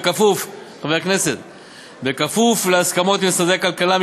בכפוף להסכמות עם משרדי הכלכלה,